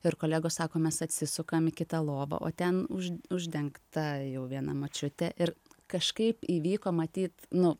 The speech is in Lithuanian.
ir kolegos sako mes atsisukam į kitą lovą o ten už uždengta jau viena močiutė ir kažkaip įvyko matyt nu